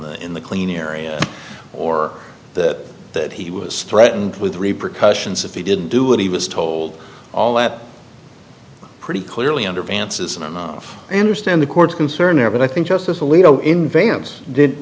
the in the clean area or that that he was threatened with repercussions if he didn't do what he was told all that pretty clearly under vance isn't enough interest in the courts concerned here but i think justice alito in vance did